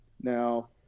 Now